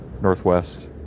northwest